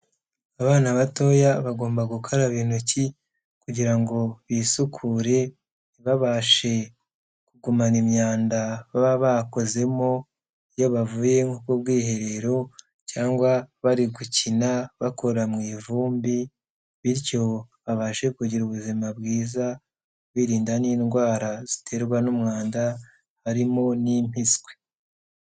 Abana batoya bagomba gukaraba intoki kugira ngo bisukure, ntibabashe kugumana imyanda baba bakozemo iyo bavuye nko ku bwiherero cyangwa bari gukina, bakora mu ivumbi, bityo babashe kugira ubuzima bwiza birinda n'indwara ziterwa n'umwanda harimo n'impiswi.